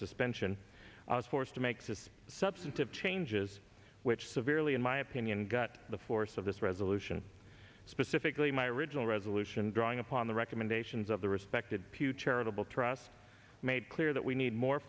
suspension i was forced to make this substantive changes which severely in my opinion got the force of this resolution specifically my original resolution drawing upon the recommendations of the respected pew charitable trust made clear that we need more